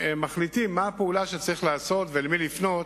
ומחליטים מהי הפעולה שצריך לעשות, ולמי לפנות